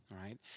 right